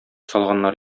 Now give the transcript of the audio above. салганнар